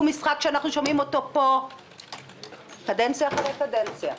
משחק שאנחנו שומעים אותו פה קדנציה אחר קדנציה.